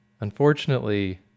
unfortunately